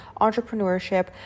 entrepreneurship